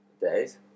Days